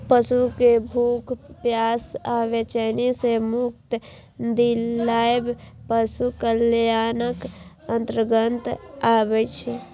पशु कें भूख, प्यास आ बेचैनी सं मुक्ति दियाएब पशु कल्याणक अंतर्गत आबै छै